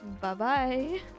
Bye-bye